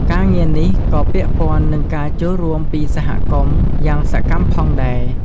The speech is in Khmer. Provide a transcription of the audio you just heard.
ការងារនេះក៏ពាក់ព័ន្ធនឹងការចូលរួមពីសហគមន៍ យ៉ាងសកម្មផងដែរ។